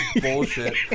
bullshit